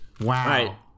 Wow